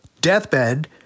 deathbed